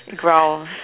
growls